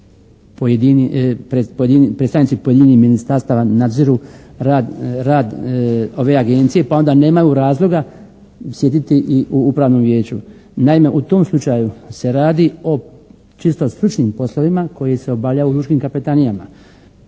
predstavnici pojedinih ministarstava nadziru rad ove Agencije pa onda nemaju razloga sjediti i u upravnom vijeću. Naime, u tom slučaju se radi o čisto stručnim poslovima koji se obavljaju u lučkim kapetanijama